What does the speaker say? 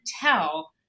tell